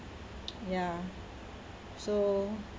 ya so